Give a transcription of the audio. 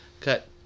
cut